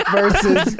versus